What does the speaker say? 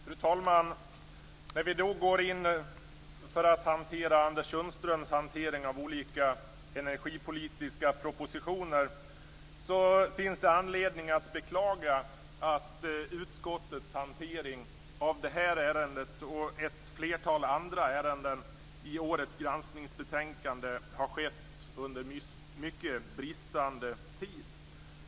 Fru talman! När vi nu skall debattera Anders Sundströms hantering av olika energipolitiska propositioner, finns det anledning att beklaga att utskottets hantering av detta ärende och ett flertal andra ärenden i årets granskningsbetänkande har skett under mycket bristande tid.